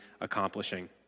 accomplishing